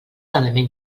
element